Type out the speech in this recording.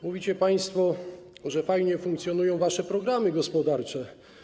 Mówicie państwo, że fajnie funkcjonują wasze programy gospodarcze.